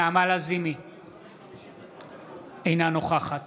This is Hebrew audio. אינה נוכחת